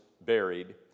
buried